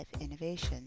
innovation